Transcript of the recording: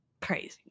Crazy